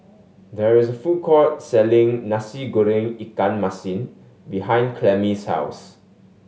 there is a food court selling Nasi Goreng ikan masin behind Clemmie's house